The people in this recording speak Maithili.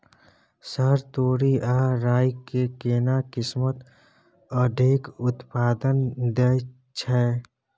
सर तोरी आ राई के केना किस्म अधिक उत्पादन दैय छैय?